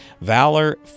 valor